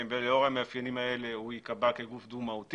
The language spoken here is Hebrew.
מעין